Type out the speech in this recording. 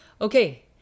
Okay